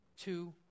two